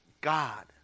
God